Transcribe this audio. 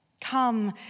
Come